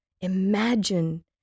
Imagine